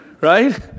Right